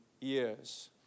years